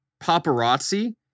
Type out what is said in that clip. paparazzi